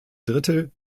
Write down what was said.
drittel